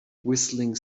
whistling